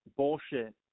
bullshit